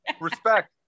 Respect